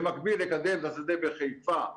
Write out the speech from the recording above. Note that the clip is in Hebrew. במקביל לקדם את השדה בחיפה,